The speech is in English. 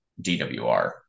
DWR